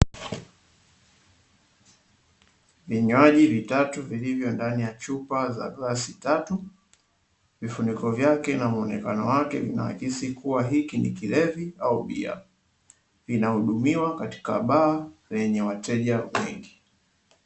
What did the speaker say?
Vinywaji vitatu vilivyo ndani ya chupa za glasi tatu, vifuniko vyake na mwonekano wake vinaaksi kuwa hiki ni kilevi au bia, vinahudumiwa katika baa yenye wateja wengi.